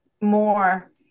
more